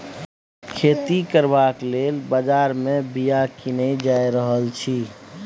खेती करबाक लेल बजार मे बीया कीने जा रहल छी